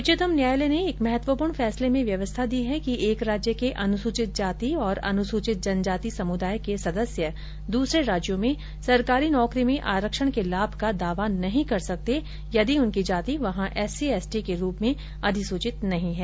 उच्चतम न्यायालय ने एक महत्वपूर्ण फैसले में व्यवस्था दी है कि एक राज्य के अनुसूचित जाति और अनुसूचित जनजाति समुदाय के सदस्य दूसरे राज्यों में सरकारी नौकरी में आरक्षण के लाभ का दावा नहीं कर सकते यदि उनकी जाति वहां एससी एसटी के रूप में अधिसूचित नहीं है